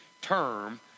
term